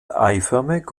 eiförmig